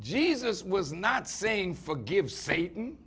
jesus was not saying forgive satan